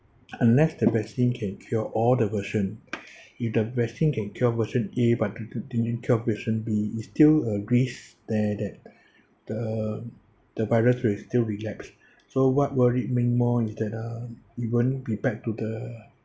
unless the vaccine can cure all the version if the vaccine can cure version A but version B it's still agrees there that the the virus will still rejects so what worried me more is that uh we won't be back to the